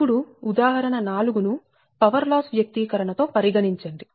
ఇప్పుడు ఉదాహరణ 4 ను పవర్ లాస్ వ్యక్తీకరణ తో పరిగణించండి